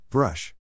Brush